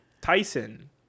Tyson